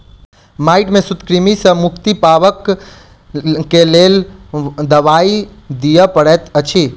माइट में सूत्रकृमि सॅ मुक्ति पाबअ के लेल दवाई दियअ पड़ैत अछि